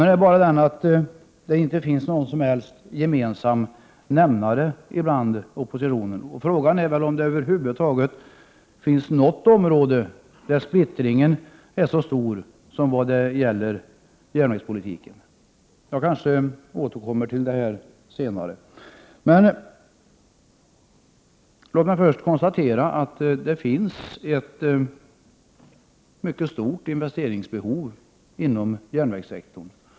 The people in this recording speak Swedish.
Det är bara det att det inte finns någon som helst gemensam nämnare för oppositionen. Frågan är om det över huvud taget finns något område där splittringen är så stor som när det gäller järnvägspolitiken. Jag kanske återkommer till detta senare. Låt mig först konstatera att det finns ett mycket stort investeringsbehov inom järnvägssektorn.